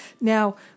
Now